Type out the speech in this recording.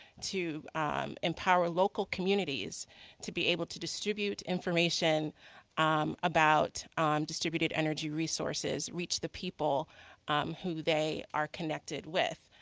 to um empower local communities to be able to distribute information um about um distributed energy resources, reach the people who they are connected with.